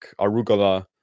arugula